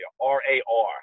r-a-r